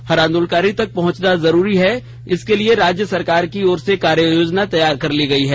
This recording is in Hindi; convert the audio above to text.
हर आंदोलनकारी तक पहुंचना जरूरी है इसके लिए राज्य सरकार की ओर से कार्ययोजना तैयार कर ली गयी है